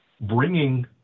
bringing